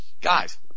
Guys